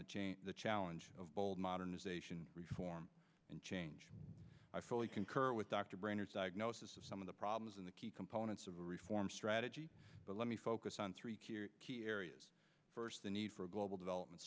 the the challenge of modernization reform and change i fully concur with dr brainard's diagnosis of some of the problems in the key components of a reform strategy but let me focus on three key areas first the need for global development